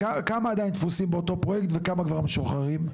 כמה עדיין תפוסים באותו פרויקט וכמה כבר משוחררים?